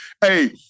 hey